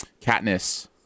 Katniss